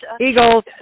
Eagles